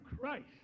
Christ